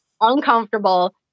uncomfortable